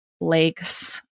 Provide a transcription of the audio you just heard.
lakes